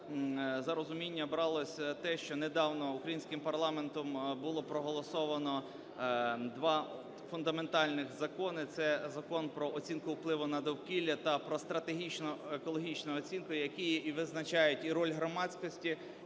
за розуміння бралося те, що недавно українським парламентом було проголосовано два фундаментальних закони – це Закон "Про оцінку впливу на довкілля" та "Про стратегічну екологічну оцінку", які і визначають і роль громадськості,